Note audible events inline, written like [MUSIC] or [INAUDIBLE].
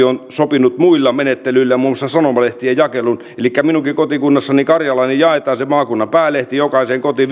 [UNINTELLIGIBLE] on sopinut muilla menettelyillä muun muassa sanomalehtien jakelun elikkä minunkin kotikunnassani karjalainen se maakunnan päälehti jaetaan jokaiseen kotiin [UNINTELLIGIBLE]